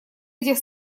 этих